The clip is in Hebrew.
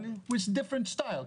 אבל with a different style,